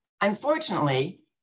Unfortunately